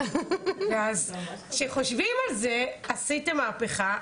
אז כשחושבים על זה, עשיתם מהפיכה.